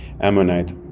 Ammonite